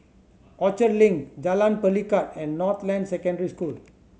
Orchard Link Jalan Pelikat and Northland Secondary School